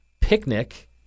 Picnic